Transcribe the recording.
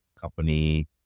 company